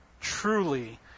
truly